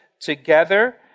together